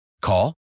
Call